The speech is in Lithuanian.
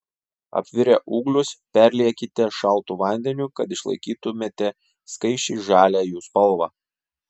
apvirę ūglius perliekite šaltu vandeniu kad išlaikytumėte skaisčiai žalią jų spalvą